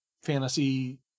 fantasy